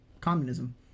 communism